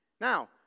Now